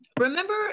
remember